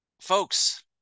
Folks